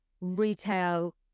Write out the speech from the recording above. retail